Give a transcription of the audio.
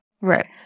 right